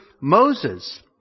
Moses